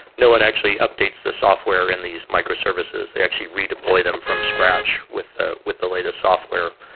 no one actually updates the software and these microservices. they actually redeploy them from scratch with the with the latest software.